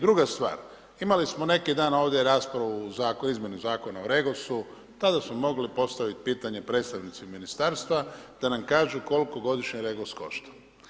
Druga stvar imali smo neki dan, ovdje raspravu oko izmjene Zakona o REGOS-u, tada su mogli postaviti pitanje predstavnici ministarstva da nam kažu koliko godišnje REGOS košta.